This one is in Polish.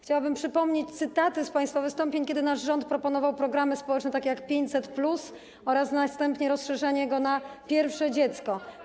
Chciałabym przypomnieć cytaty z państwa wystąpień, kiedy nasz rząd proponował programy społeczne takie jak 500+ oraz następnie rozszerzenie tego programu na pierwsze dziecko.